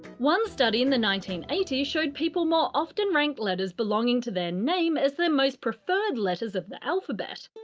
one study in the nineteen eighty s showed people more often ranked letters belonging to their name as their most preferred letters of the alphabet.